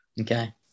Okay